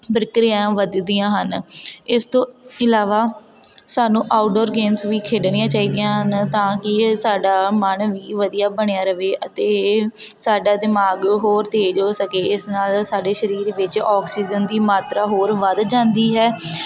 ਪ੍ਰਕਿਰਿਆ ਵਧਦੀਆਂ ਹਨ ਇਸ ਤੋਂ ਇਲਾਵਾ ਸਾਨੂੰ ਆਊਟਡੋਰ ਗੇਮਸ ਵੀ ਖੇਡਣੀਆਂ ਚਾਹੀਦੀਆਂ ਤਾਂ ਕਿ ਇਹ ਸਾਡਾ ਮਨ ਵੀ ਵਧੀਆ ਬਣਿਆ ਰਹੇ ਅਤੇ ਸਾਡਾ ਦਿਮਾਗ ਹੋਰ ਤੇਜ਼ ਹੋ ਸਕੇ ਇਸ ਨਾਲ ਸਾਡੇ ਸਰੀਰ ਵਿੱਚ ਆਕਸੀਜਨ ਦੀ ਮਾਤਰਾ ਹੋਰ ਵੱਧ ਜਾਂਦੀ ਹੈ